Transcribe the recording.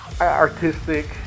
artistic